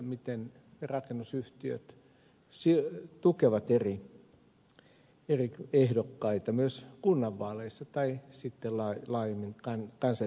miten rakennusyhtiöt tukevat eri ehdokkaita myös kunnan vaaleissa tai sitten laajemmin kansanedustajavaaleissa